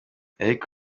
eric